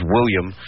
William